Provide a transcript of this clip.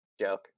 joke